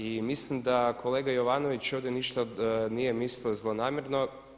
I mislim da kolega Jovanović ovdje ništa nije mislio zlonamjerno.